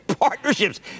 partnerships